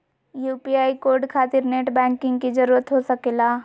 UPI code खातिर net banking की जरूरत हो सके ला?